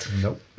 Nope